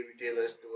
retailers